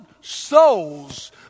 souls